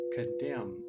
condemn